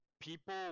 People